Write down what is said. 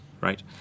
right